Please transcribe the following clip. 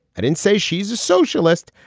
i didn't say she's a socialist.